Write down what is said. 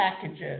packages